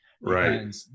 Right